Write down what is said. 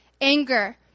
anger